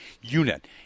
unit